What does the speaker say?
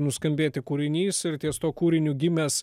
nuskambėti kūrinys ir ties tuo kūriniu gimęs